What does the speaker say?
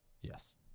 Yes